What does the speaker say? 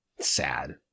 sad